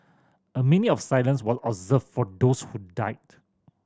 a minute of silence was observed for those who died